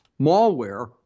malware